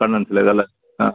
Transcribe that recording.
കണ്ണൻസ് അല്ലെ ആ